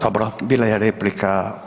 Dobro, bila je replika.